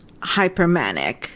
hypermanic